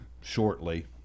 shortly